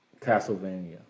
Castlevania